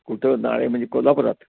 कुठं नाळे म्हणजे कोल्हापुरात